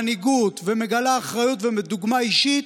מנהיגות ומגלה אחריות ודוגמה אישית,